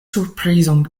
surprizon